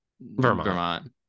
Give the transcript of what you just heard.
Vermont